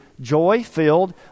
joy-filled